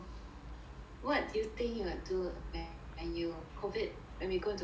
what do you think you will do when you COVID when we go into phase three